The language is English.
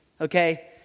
okay